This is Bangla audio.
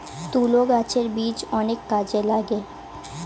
তুলো গাছের বীজ অনেক কাজে লাগে